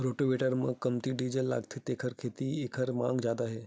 rotavator म कमती diesel लागथे तेखर सेती एखर मांग जादा हे